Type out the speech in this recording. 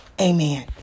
Amen